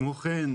כמו כן,